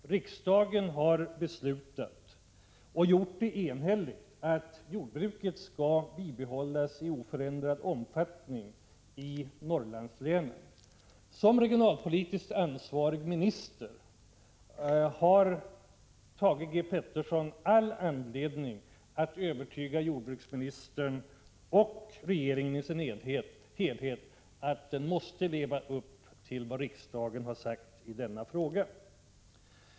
Riksdagen har enhälligt beslutat att jordbruket skall bibehållas i oförändrad omfattning i Norrlandslänen. Som regionalpolitiskt ansvarig minister har Thage Peterson all anledning att övertyga jordbruksministern och regeringen i övrigt om att regeringen måste leva upp till vad riksdagen har beslutat i denna fråga.